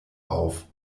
auf